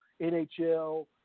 NHL